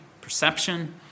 perception